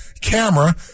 camera